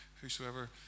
whosoever